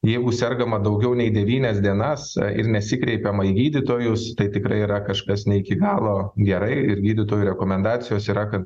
jeigu sergama daugiau nei devynias dienas ir nesikreipiama į gydytojus tai tikrai yra kažkas ne iki galo gerai ir gydytojų rekomendacijos yra kad